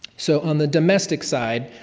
so on the domestic side,